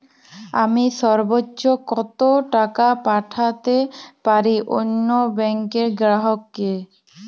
আমি সর্বোচ্চ কতো টাকা পাঠাতে পারি অন্য ব্যাংক র গ্রাহক কে?